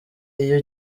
iyo